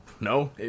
No